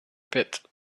pit